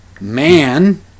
man